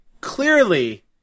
clearly